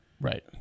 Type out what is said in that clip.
Right